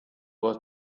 was